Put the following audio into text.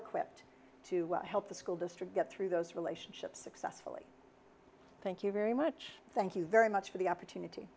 equipped to help the school district get through those relationships successfully thank you very much thank you very much for the opportunity